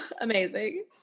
Amazing